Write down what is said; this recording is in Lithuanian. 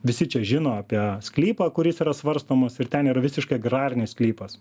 visi čia žino apie sklypą kuris yra svarstomas ir ten yra visiškai agrarinis sklypas